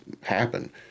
happen